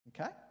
okay